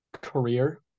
career